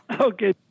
Okay